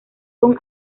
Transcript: con